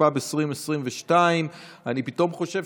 התשפ"ב 2022. בבקשה,